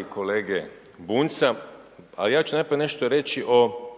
i kolege Bunjca. A ja ću najprije nešto reći o